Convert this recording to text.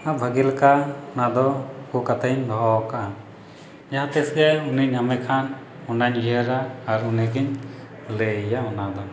ᱚᱱᱟ ᱵᱷᱟᱹᱜᱤ ᱞᱮᱠᱟ ᱚᱱᱟ ᱫᱚ ᱩᱠᱩ ᱠᱟᱛᱮ ᱤᱧ ᱫᱚᱦᱚ ᱟᱠᱟᱜᱼᱟ ᱡᱟᱦᱟᱸ ᱛᱤᱥ ᱜᱮ ᱩᱱᱤ ᱧᱟᱢᱮ ᱠᱷᱟᱱ ᱚᱱᱟᱧ ᱩᱭᱦᱟᱹᱨᱟ ᱟᱨ ᱩᱱᱤ ᱜᱮᱧ ᱞᱟᱹᱭ ᱟᱭᱟ ᱚᱱᱟ ᱫᱚ